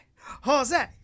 Jose